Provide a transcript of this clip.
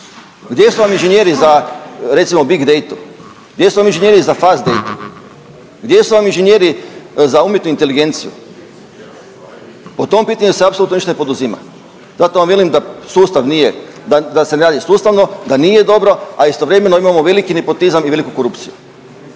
Gdje su vam inženjeri za recimo Big Datu, gdje su vam inženjeri za Fast Datu, gdje su vam inženjeri za umjetnu inteligenciju? Po tom pitanju se apsolutno ništa ne poduzima. Zato vam velim da sustav nije, da, da se ne radi sustavno, da nije dobro, a istovremeno imamo veliki nepotizam i veliku korupciju.